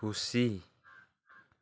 खुसी